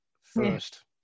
first